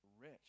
rich